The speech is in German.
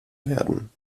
werden